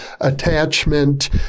attachment